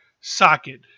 socket